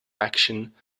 action